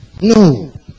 no